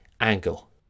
angle